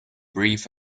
brief